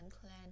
clan